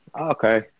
Okay